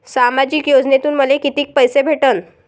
सामाजिक योजनेतून मले कितीक पैसे भेटन?